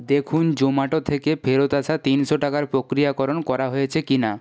দেখুন জোম্যাটো থেকে ফেরত আসা তিনশো টাকার প্রক্রিয়াকরণ করা হয়েছে কি না